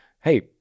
Hey